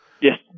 Yes